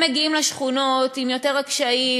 הם מגיעים לשכונות עם יותר קשיים,